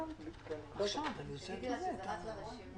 אז גם יסתבר שעד שחוות הדעת הגיעה האוצר שם את זה ברזרבה,